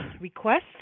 request